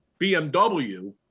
BMW